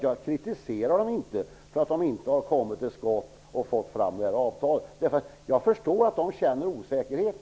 Jag kritiserar dem inte för att de inte har kommit till skott med att få fram ett avtal. Jag förstår att de känner osäkerhet.